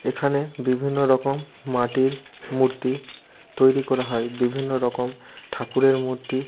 এখানে বিভিন্ন রকম মাটির মূর্তি তৈরি করা হয় বিভিন্ন রকম ঠাকুরের মূর্তি